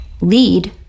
lead